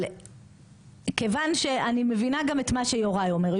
אבל כיוון שאני מבינה גם את מה שיוראי אומר,